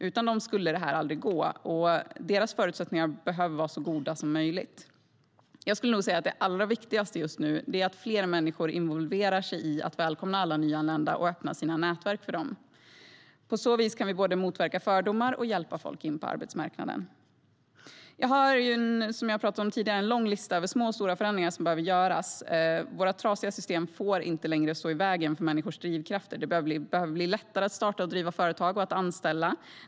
Utan dem skulle det aldrig gå, och deras förutsättningar behöver vara så goda som möjligt. Jag har som jag har sagt tidigare en lång lista över små och stora förändringar som behöver göras. Våra trasiga system får inte längre stå i vägen för människors drivkrafter. Det behöver bli lättare att starta och driva företag och att anställa.